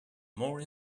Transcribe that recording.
more